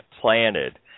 planted